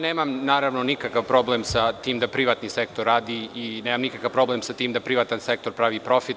Nemam nikakav problem sa tim da privatni sektor radi i nema nikakav problem sa tim da privatan sektor pravi profit.